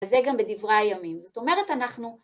אז זה גם בדברי הימים. זאת אומרת, אנחנו...